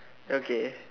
okay